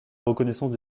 reconnaissance